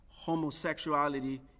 homosexuality